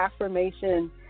affirmation